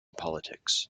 politics